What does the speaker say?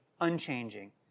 unchanging